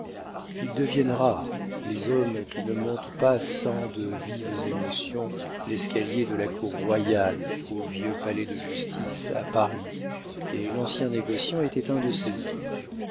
deviennent rares les hommes qui ne montent pas sans de vives émotions l'escalier de la cour royale au vieux palais-de-justice à paris et l'ancien négociant était un de ces hommes